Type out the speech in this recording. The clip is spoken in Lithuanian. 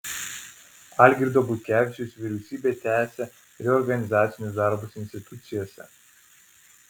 algirdo butkevičiaus vyriausybė tęsią reorganizacinius darbus institucijose